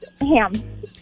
ham